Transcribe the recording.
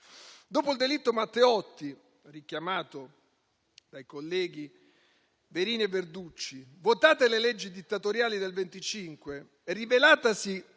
Dopo il delitto Matteotti, richiamato dai colleghi Verini e Verducci, votate le leggi dittatoriali del 1925, rivelatasi